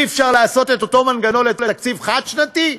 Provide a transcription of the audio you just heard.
אי-אפשר לעשות את אותו מנגנון בתקציב חד-שנתי?